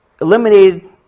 eliminated